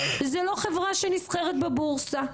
זו לא חברה שנסחרת בבורסה.